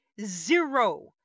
zero